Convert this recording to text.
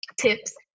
tips